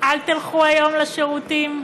אל תלכו היום לשירותים,